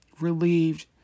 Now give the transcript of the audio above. relieved